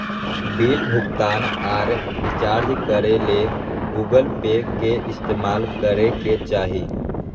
bill भुगतान आर recharge करे ले गूगल पे के इस्तेमाल करय के चाही